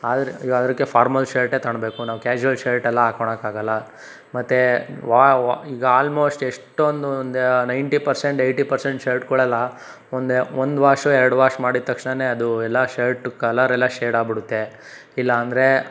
ಆದರೆ ಈಗ ಅದಕ್ಕೆ ಫಾರ್ಮಲ್ ಶರ್ಟೆ ತಗೊಳ್ಬೇಕು ನಾವು ಕ್ಯಾಶುಯಲ್ ಶರ್ಟೆಲ್ಲ ಹಾಕೊಳ್ಳೋಕ್ಕೆ ಆಗಲ್ಲ ಮತ್ತೆ ವಾವ ಈಗ ಆಲ್ಮೋಸ್ಟ್ ಎಷ್ಟೊಂದು ಒಂದು ನೈನ್ಟಿ ಪರ್ಸೆಂಟ್ ಏಯ್ಟಿ ಪರ್ಸೆಂಟ್ ಶರ್ಟ್ಗಳೆಲ್ಲ ಒಂದು ಒಂದು ವಾಶ್ ಎರಡು ವಾಶ್ ಮಾಡಿದ ತಕ್ಷಣನೇ ಅದು ಎಲ್ಲ ಶರ್ಟು ಕಲರೆಲ್ಲ ಶೇಡ್ ಆಗ್ಬಿಡುತ್ತೆ ಇಲ್ಲಅಂದರೆ